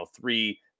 three